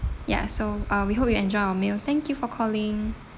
ya so uh we hope you enjoy your meal thank you for calling